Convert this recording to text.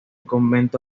convento